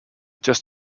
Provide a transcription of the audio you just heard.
just